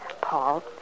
Paul